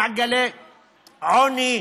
ממעגלי העוני,